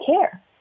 care